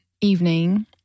evening